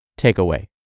Takeaway